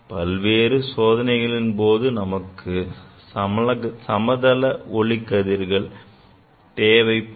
பல்வேறு சோதனைகளின் போது நமக்கு சமதள கதிர்கள் தேவைப்படும்